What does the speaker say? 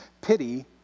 Pity